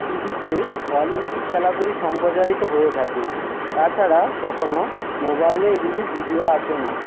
টিভিতে অলিম্পিক খেলাগুলি সম্পচারিত হয়ে থাকে তাছাড়া কখনো মোবাইলে এগুলি ভিডিও আসে না